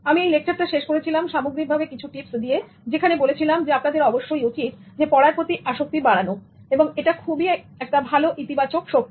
আমি এই লেকচারটা শেষ করেছিলাম সামগ্রিকভাবে কিছু টিপস দিতে যেখানে বলেছিলাম আপনাদের অবশ্যই উচিত পড়ার প্রতি আসক্তি বাড়ানো এবং এটা খুবই একটা ভালো ইতিবাচক শক্তি